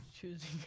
Choosing